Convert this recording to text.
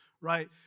right